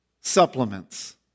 supplements